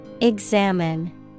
Examine